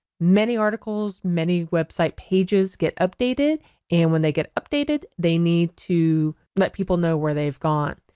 many articles, many website pages get updated and when they get updated they need to let people know where they've gone.